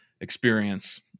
experience